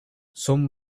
some